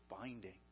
binding